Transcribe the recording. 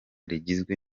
rigizwe